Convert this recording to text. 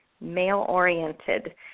male-oriented